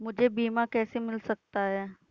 मुझे बीमा कैसे मिल सकता है?